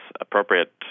appropriate